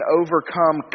overcome